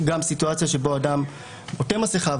גם סיטואציה שבה אדם עוטה מסכה,